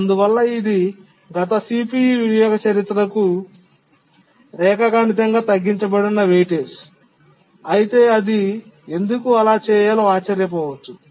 అందువల్ల ఇది గత CPU వినియోగ చరిత్రకు రేఖాగణితంగా తగ్గించబడిన వెయిటేజ్ అయితే అది ఎందుకు అలా చేయాలో ఆశ్చర్యపోవచ్చు